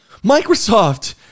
Microsoft